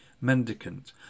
Mendicant